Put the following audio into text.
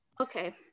okay